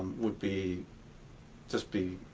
would be just be